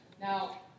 Now